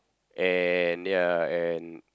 and ya and